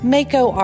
Mako